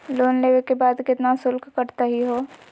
Loan लेवे के बाद केतना शुल्क कटतही हो?